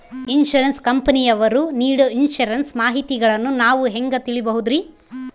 Insurance ಕಂಪನಿಯವರು ನೇಡೊ insurance ಮಾಹಿತಿಗಳನ್ನು ನಾವು ಹೆಂಗ ತಿಳಿಬಹುದ್ರಿ?